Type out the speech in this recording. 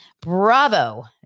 Bravo